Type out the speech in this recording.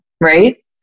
right